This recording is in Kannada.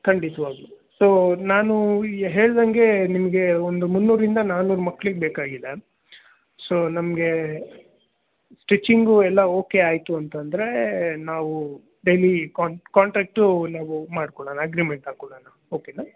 ಖಂಡಿತವಾಗಲೂ ಸೊ ನಾನು ಹೇಳ್ದಂಗೆ ನಿಮಗೆ ಒಂದು ಮುನ್ನೂರರಿಂದ ನಾಲ್ನೂರು ಮಕ್ಕಳಿಗೆ ಬೇಕಾಗಿದೆ ಸೊ ನಮಗೆ ಸ್ಟಿಚಿಂಗು ಎಲ್ಲ ಓಕೆ ಆಯಿತು ಅಂತಂದರೆ ನಾವು ಡೈಲಿ ಕಾಂಟ್ ಕಾಂಟ್ರಾಕ್ಟು ನಾವು ಮಾಡ್ಕೊಳೋಣ ಅಗ್ರಿಮೆಂಟ್ ಹಾಕ್ಕೊಳೋಣ ಓಕೆನಾ